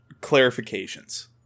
clarifications